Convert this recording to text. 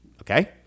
Okay